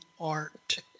art